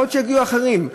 יכול להיות שיגיעו אחרים,